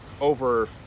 over